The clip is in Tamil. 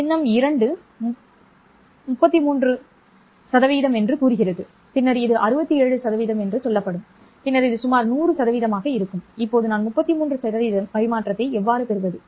சின்னம் 2 33 என்று கூறுகிறது பின்னர் இது 67 என்று சொல்லப்படும் பின்னர் இது சுமார் 100 ஆக இருக்கும் இப்போது நான் 33 பரிமாற்றத்தை எவ்வாறு பெறுவது